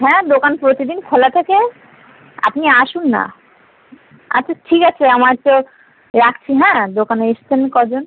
হ্যাঁ দোকান প্রতিদিন খোলা থাকে আপনি আসুন না আচ্ছা ঠিক আছে আমার একটু রাখছি হ্যাঁ দোকানে এসেছেন কজন